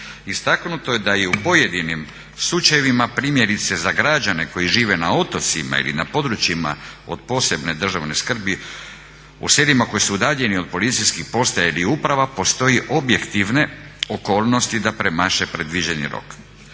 Istaknuto je da je u pojedinim slučajevima, primjerice za građane koji žive na otocima ili na područjima od posebne državne skrbi, u selima koji su udaljeni od policijskih postaja ili uprava, postoje objektivne okolnosti da premaše predviđeni rok.